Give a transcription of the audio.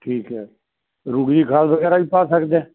ਠੀਕ ਹੈ ਰੂੜੀ ਦੀ ਖਾਦ ਵਗੈਰਾ ਵੀ ਪਾ ਸਕਦੇ ਆ